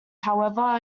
however